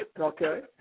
Okay